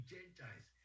Gentiles